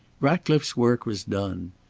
ratcliffe's work was done.